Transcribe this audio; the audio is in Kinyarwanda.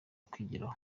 kwigiraho